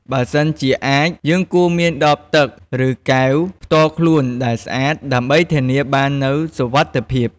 បើសិនជាអាចយើងគួរមានដបទឹក ឬកែវផ្ទាល់ខ្លួនដែលស្អាតដើម្បីធានាបាននូវសុវត្ថិភាព។